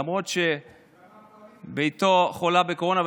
למרות שבתו חולה בקורונה,